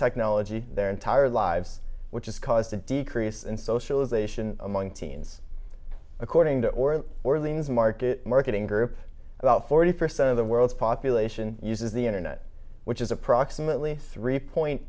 technology their entire lives which has caused a decrease in socialization among teens according to or orleans market marketing group about forty percent of the world's population uses the internet which is approximately three point